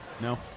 No